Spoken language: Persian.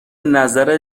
نظر